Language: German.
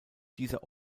dieser